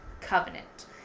covenant